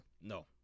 No